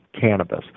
cannabis